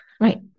Right